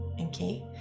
Okay